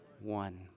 One